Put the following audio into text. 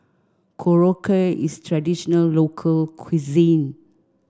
Korokke is traditional local cuisine